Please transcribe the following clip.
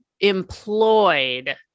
employed